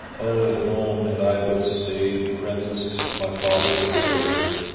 oh, at home had i but stayed prenticed to my father's trade,